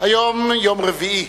היום יום רביעי,